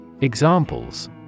Examples